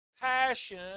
passion